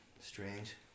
strange